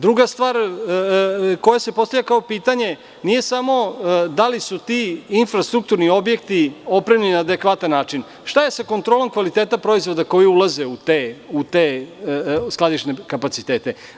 Druga stvar koja se postavlja kao pitanje, nije samo da li su ti infrastrukturni objekti opremljeni na adekvatan način, šta je sa kontrolom kvaliteta proizvoda koji ulaze u te skladišne kapacitete?